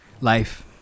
life